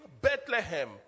Bethlehem